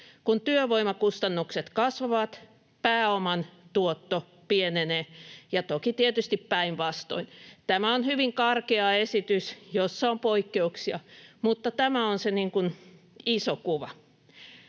kun työvoimakustannukset kasvavat, pääoman tuotto pienenee, ja toki tietysti päinvastoin. Tämä on hyvin karkea esitys, jossa on poikkeuksia, mutta tämä on se iso kuva.